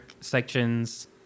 sections